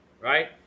right